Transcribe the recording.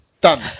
Done